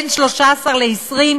בין 13 ל-20,